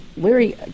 Larry